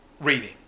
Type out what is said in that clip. reading